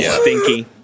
Stinky